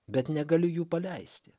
bet negaliu jų paleisti